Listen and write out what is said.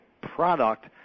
product